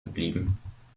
geblieben